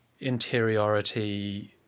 interiority